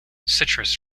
citrus